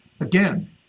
Again